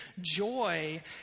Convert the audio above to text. joy